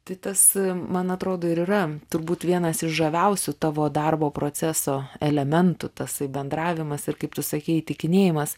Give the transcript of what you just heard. tai tas man atrodo ir yra turbūt vienas iš žaviausių tavo darbo proceso elementų tasai bendravimas ir kaip tu sakei įtikinėjimas